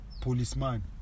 Policeman